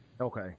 Okay